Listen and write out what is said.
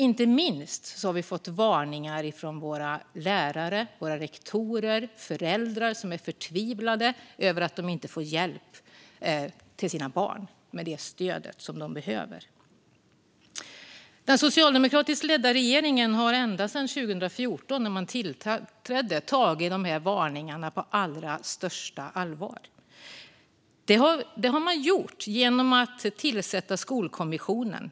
Inte minst har vi fått varningar från våra lärare och rektorer och från föräldrar som är förtvivlade över att de inte får hjälp till sina barn med det stöd som de behöver. Den socialdemokratiskt ledda regeringen har ända sedan 2014, då man tillträdde, tagit de här varningarna på allra största allvar. Det har man gjort genom att tillsätta Skolkommissionen.